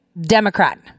Democrat